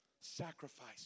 sacrifice